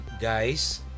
guys